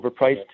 overpriced